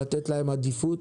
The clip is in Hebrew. לתת להם עדיפות,